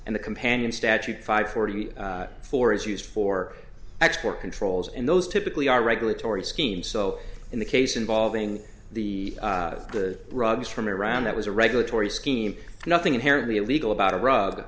and the companion statute five forty four is used for export controls in those typically are regulatory scheme so in the case involving the the rugs from iran that was a regulatory scheme nothing inherently illegal about a rug